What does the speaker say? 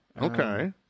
Okay